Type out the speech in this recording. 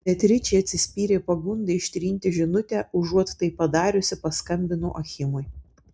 beatričė atsispyrė pagundai ištrinti žinutę užuot tai padariusi paskambino achimui